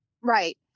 right